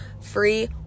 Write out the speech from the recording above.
free